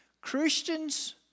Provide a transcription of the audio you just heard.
Christians